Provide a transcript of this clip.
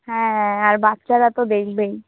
হ্যাঁ আর বাচ্চারা তো দেখবেই